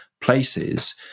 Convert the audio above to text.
places